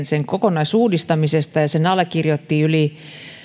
sen kokonaisuudistamisesta lakialoitteen ja sen allekirjoitti yli